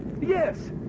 Yes